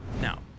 Now